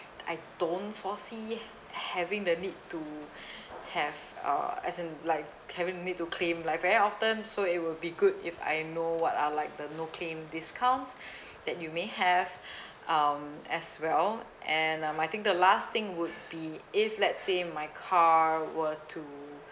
I don't foresee having the need to have uh as in like having the need to claim like very often so it will be good if I know what are like the no claim discounts that you may have um as well and um I think the last thing would be if let's say my car were to